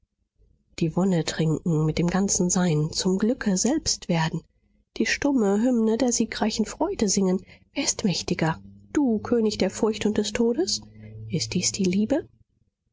die wonne trinken mit dem ganzen sein zum glücke selbst werden die stumme hymne der siegreichen freude singen wer ist mächtiger du könig der furcht und des todes ist dies die liebe